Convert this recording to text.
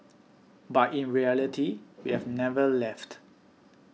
but in reality we've never left